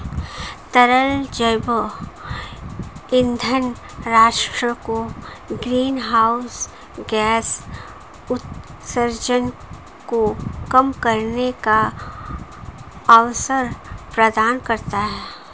तरल जैव ईंधन राष्ट्र को ग्रीनहाउस गैस उत्सर्जन को कम करने का अवसर प्रदान करता है